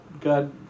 God